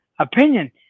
opinion